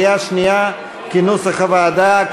כנוסח הוועדה,